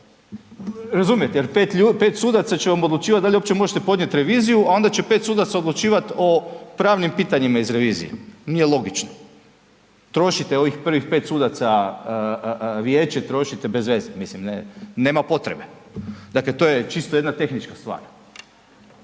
razumijete jer 5 ljudi, 5 sudaca će vam odlučivat da li uopće možete podnijet reviziju, a onda će 5 sudaca odlučivat o pravnim pitanjima iz revizije, nije logično. Trošite ovih prvih 5 sudaca, vijeće trošite bez veze, mislim nema potrebe. Dakle, to je čisto jedna tehnička stvar.